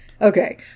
Okay